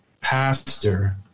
pastor